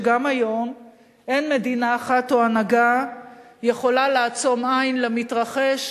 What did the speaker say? שגם היום אין מדינה אחת או הנהגה יכולה לעצום עין למתרחש,